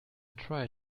try